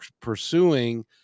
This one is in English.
pursuing